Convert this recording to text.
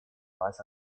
база